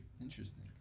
Interesting